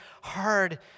hard